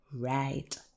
right